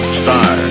star